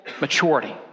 maturity